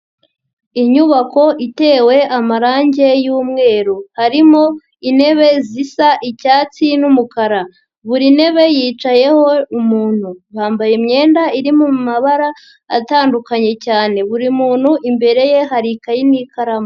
Inyubako itewe amarangi y'umweru arimo intebe zisa icyatsi numukara, buri ntebe yicayeho umuntu, bambaye imyenda iri mumabara atandukanye cyane, buri muntu imbere ye hari ikayi n'ikaramu.